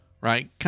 right